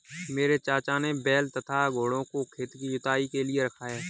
मेरे चाचा ने बैल तथा घोड़ों को खेत की जुताई के लिए रखा है